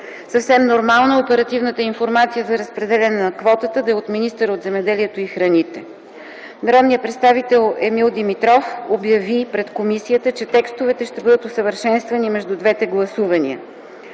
Съвсем нормално е оперативната информация за разпределяне на квотата да е от министъра на земеделието и храните. Народният представител Емил Димитров обяви пред комисията, че текстовете ще бъдат усъвършенствани между двете гласувания.